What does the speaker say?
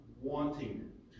wanting